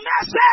message